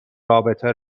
رابطه